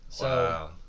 Wow